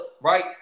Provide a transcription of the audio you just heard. right